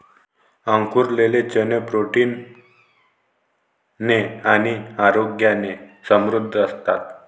अंकुरलेले चणे प्रोटीन ने आणि आरोग्याने समृद्ध असतात